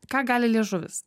ką gali liežuvis